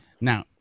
Now